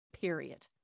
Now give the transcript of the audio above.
period